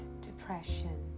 depression